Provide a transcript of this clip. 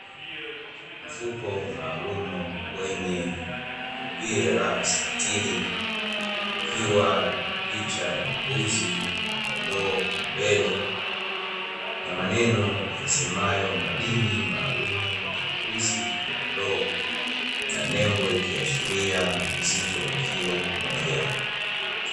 Mfuko maalumu wenye umbile la mstatiri ukiwa na picha ya mbuzi na kondoo kwa mbele na maneno yasemayo madini maalumu ya mbuzi na kondoo na nembo ikiashiria uzito wa kilo moja.